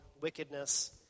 wickedness